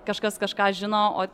kažkas kažką žino o